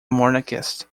monarchist